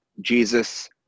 Jesus